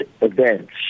events